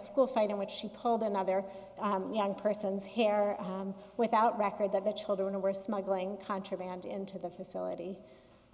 school fight in which she pulled another young person's hair without record that the children were smuggling contraband into the facility